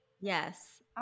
Yes